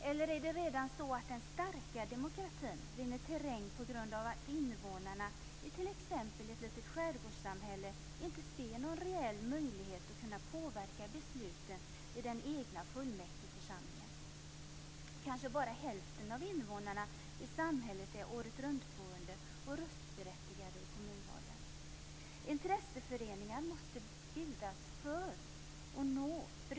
Eller är det den redan starka demokratin som vinner terräng, t.ex. på grund av att invånarna i ett litet skärgårdssamhälle inte ser någon reell möjlighet att påverka besluten i den egna fullmäktigeförsamlingen? Kanske är bara hälften av invånarna i samhället åretruntboende och röstberättigade i kommunalvalen. Intresseföreningar måste bildas för att brukarinflytande skall nås.